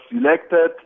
selected